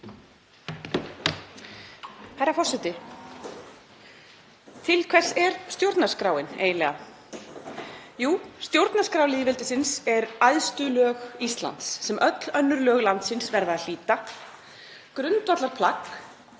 Herra forseti. Til hvers er stjórnarskráin eiginlega? Jú, stjórnarskrá lýðveldisins er æðstu lög Íslands sem öll önnur lög landsins verða að hlíta, grundvallarplagg